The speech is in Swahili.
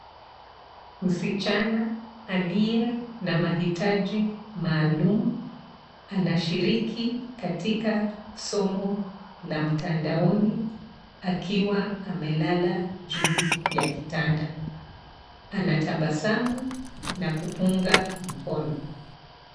Msichana aliye na maitaji maalum anashiriki katika somo la mtandaoni akiwa amelala juu ya kitanda. Anatabasamu na kupunga mkono.